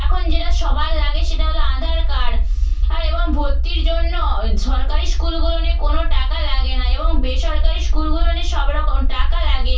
এখন যেটা সবার লাগে সেটা হলো আধার কার্ড আর এবং ভর্তির জন্য সরকারি স্কুলগুলোনে কোনো টাকা লাগে না এবং বেসরকারি স্কুলগুলোনে সব রকম টাকা লাগে